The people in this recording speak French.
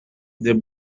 des